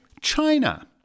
China